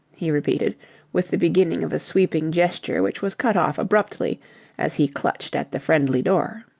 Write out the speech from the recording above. he repeated with the beginning of a sweeping gesture which was cut off abruptly as he clutched at the friendly door.